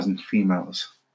females